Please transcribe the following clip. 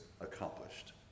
accomplished